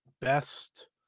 best